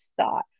thought